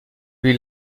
lui